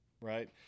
Right